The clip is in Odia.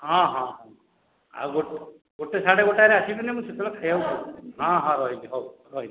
ହଁ ହଁ ହଁ ଆଉ ଗୋଟାଏ ସାଢେ ଗୋଟାଏ ରେ ଆସିବେନି ସେତେବେଳେ ମୁଁ ଖାଇବାକୁ ପଳାଉଛି ହଁ ହଁ ହଉ ରହିଲି ହଉ ରହିଲି